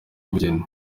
ubugeni